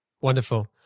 Wonderful